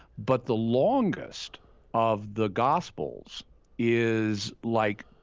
but the longest of the gospel is, like,